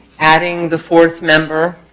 adding the fourth member,